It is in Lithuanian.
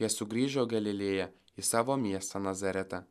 jie sugrįžo į galilėją į savo miestą nazaretą